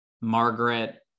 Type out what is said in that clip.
Margaret